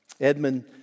Edmund